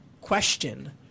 question